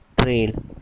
Trail